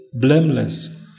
blameless